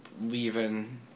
leaving